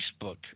Facebook